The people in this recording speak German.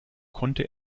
konnte